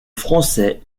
français